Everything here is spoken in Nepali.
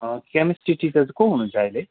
केमेस्ट्री टिचर को हुनुहुन्छ अहिले